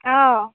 অঁ